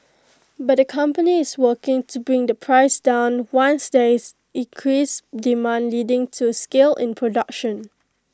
but the company is working to bring the price down once there is increased demand leading to scale in production